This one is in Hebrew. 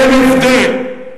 אין הבדל,